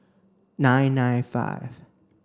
nine nine five